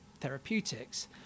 therapeutics